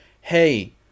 Hey